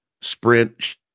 sprint